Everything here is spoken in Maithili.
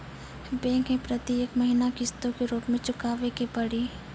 बैंक मैं प्रेतियेक महीना किस्तो के रूप मे चुकाबै के पड़ी?